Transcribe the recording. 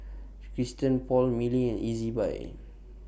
Christian Paul Mili and Ezbuy